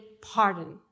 pardon